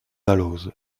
dalloz